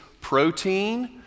protein